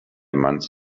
month